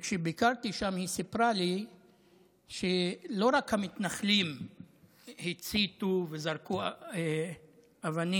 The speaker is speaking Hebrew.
כשביקרתי שם היא סיפרה לי שלא רק המתנחלים הציתו וזרקו אבנים